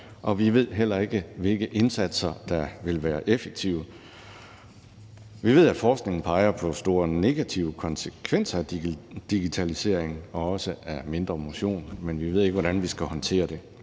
og vi ved heller ikke, hvilke indsatser der ville være effektive. Vi ved, at forskningen peger på store negative konsekvenser af digitalisering og også af mindre motion, men vi ved ikke, hvordan vi skal håndtere det,